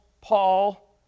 Paul